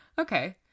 Okay